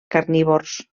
carnívors